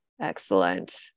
excellent